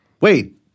wait